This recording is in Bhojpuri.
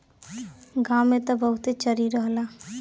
गांव में त बहुते चरी रहला